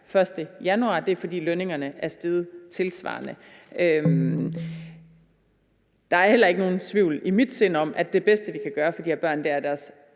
1. januar. Det er, fordi lønningerne er steget tilsvarende. Der er heller ikke nogen tvivl i mit sind om, at det bedste, vi kan gøre for de her børn, er at sikre,